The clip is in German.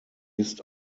ist